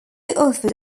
offered